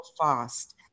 fast